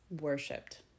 worshipped